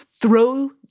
Throw